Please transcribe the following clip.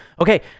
okay